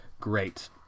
great